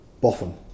boffin